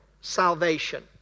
salvation